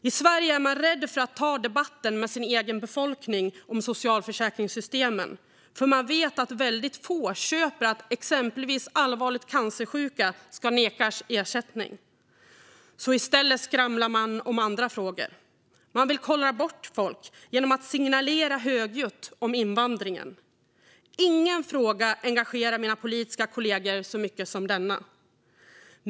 I Sverige är man rädd för att ta debatten med sin egen befolkning om socialförsäkringssystemen, för man vet att väldigt få köper att exempelvis allvarligt cancersjuka ska nekas ersättning, så i stället skramlar man om andra frågor. Man vill kollra bort folk genom att signalera högljutt om invandringen. Ingen fråga engagerar mina politiska kollegor så mycket som denna.